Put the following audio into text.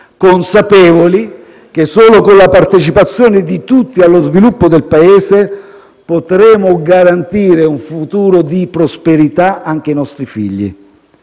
consapevoli che solo con la partecipazione di tutti allo sviluppo del Paese potremo garantire un futuro di prosperità anche ai nostri figli.